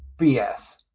BS